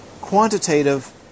quantitative